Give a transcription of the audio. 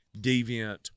deviant